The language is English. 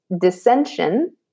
dissension